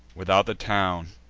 without the town,